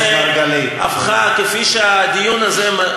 ולמה אתם מעבירים את רשות השידור למודיעין?